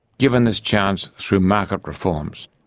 given this chance through market reforms.